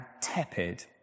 tepid